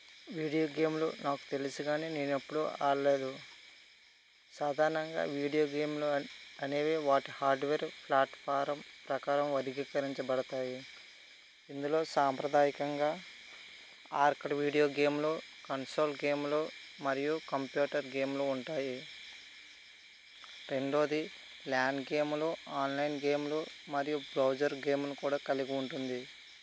video గేమ్లు నాకు తెలుసు కాని నేనెప్పుడూ ఆడలేదు సాధారణంగా వీడియో గేమ్లు అనేవి వాటి హార్డ్వేర్ ప్లాట్ఫారమ్ ప్రకారం వర్గీకరించబడతాయి ఇందులో సాంప్రదాయకంగా ఆర్క్డ్ వీడియో గేమ్లు కన్సోల్ గేమ్లు మరియు కంప్యూటర్ గేమ్లు ఉంటాయి రెండవది ల్యాన్ గేములు ఆన్లైన్ గేములు మరియు బ్రౌజర్ గేమ్ని కూడా కలిగి ఉంటుంది